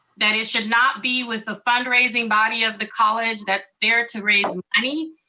that it should not be with the fundraising body of the college that's there to raise money.